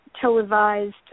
televised